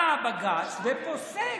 בא הבג"ץ ופוסק